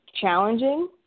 challenging